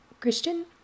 Christian